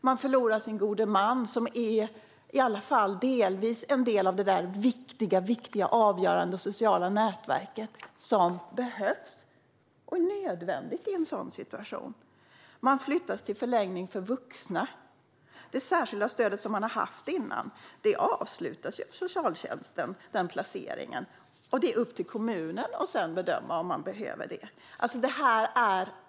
Man förlorar sin gode man, som i alla fall delvis är en del av det där viktiga, avgörande sociala nätverket som behövs och är nödvändigt i en sådan situation. Man flyttas till förläggning för vuxna. Socialtjänsten avslutar det särskilda stöd och den placering man har haft, och sedan är det upp till kommunen att bedöma om man behöver det.